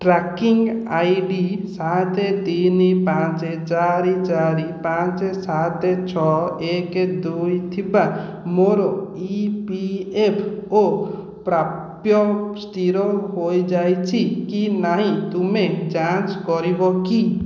tracking ID ସାତ ତିନି ପାଞ୍ଚ ଚାରି ଚାରି ପାଞ୍ଚ ସାତ ଛଅ ଏକ ଦୁଇ ଥିବା ମୋ'ର ଇପିଏଫ୍ଓ ପ୍ରାପ୍ୟ ସ୍ଥିର ହୋଇଯାଇଛି କି ନାହିଁ ତୁମେ ଯାଞ୍ଚ କରିବ କି